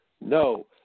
no